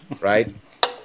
right